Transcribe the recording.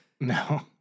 No